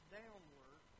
downward